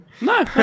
No